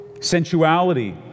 sensuality